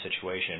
situation